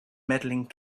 medaling